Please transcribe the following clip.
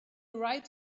right